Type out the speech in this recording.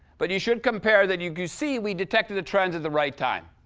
but you should compare that you you see we detected the trends at the right time.